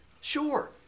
sure